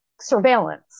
surveillance